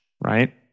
right